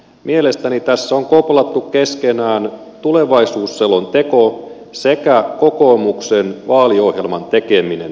mielestäni tässä on koplattu keskenään tulevaisuusselonteko sekä kokoomuksen vaaliohjelman tekeminen